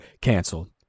Canceled